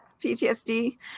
PTSD